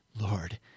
Lord